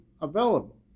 available